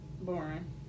Boring